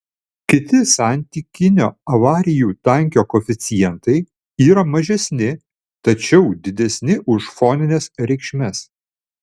kiti santykinio avarijų tankio koeficientai yra mažesni tačiau didesni už fonines reikšmes